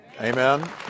Amen